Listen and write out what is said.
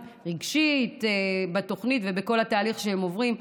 רגשית בתוכנית ובכל התהליך שהם עוברים.